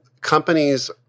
companies